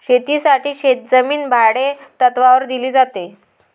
शेतीसाठी शेतजमीन भाडेतत्त्वावर दिली जाते